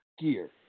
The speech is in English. gear